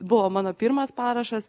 buvo mano pirmas parašas